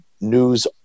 news